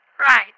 Right